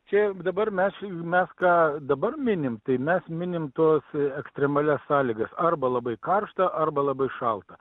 čia dabar mes mes ką dabar minim tai mes minim tuos ekstremalias sąlygas arba labai karšta arba labai šalta